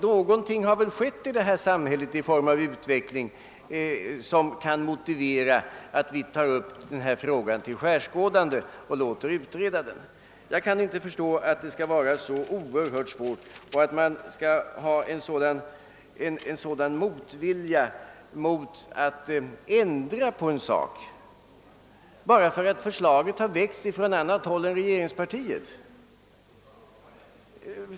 Någonting har väl genom samhällsutvecklingen skett som kan motivera att vi tar upp denna fråga till skärskådande och låter utreda den. Jag kan inte förstå att man skall behöva hysa. en sådan motvilja mot att ändra på en sak bara för att förslaget har väckts från annat håll än av regeringspartiet.